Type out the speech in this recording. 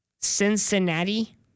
Cincinnati